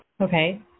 Okay